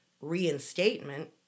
reinstatement